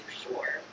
sure